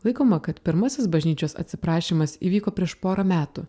laikoma kad pirmasis bažnyčios atsiprašymas įvyko prieš porą metų